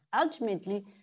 Ultimately